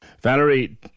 Valerie